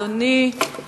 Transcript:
אדוני, תודה רבה.